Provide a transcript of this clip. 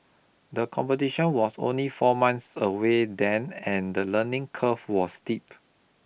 the competition was only four months away then and the learning curve was steep